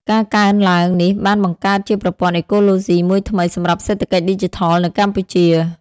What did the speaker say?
ការកើនឡើងនេះបានបង្កើតជាប្រព័ន្ធអេកូឡូស៊ីមួយថ្មីសម្រាប់សេដ្ឋកិច្ចឌីជីថលនៅកម្ពុជា។